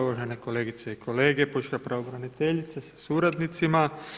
Uvažene kolegice i kolege, pučka pravobraniteljice sa suradnicima.